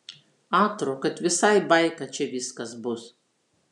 atro kad visai baika čia viskas bus